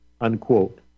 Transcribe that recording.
unquote